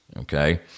okay